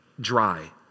dry